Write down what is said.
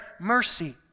mercy